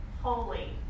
holy